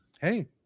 Hey